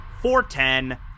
410